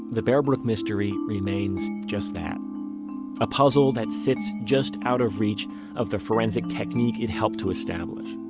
the bear brook mystery remains just that a puzzle that sits just out of reach of the forensic technique it helped to establish.